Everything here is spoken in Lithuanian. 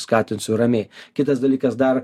skatinsiu ramiai kitas dalykas dar